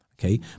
okay